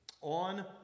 on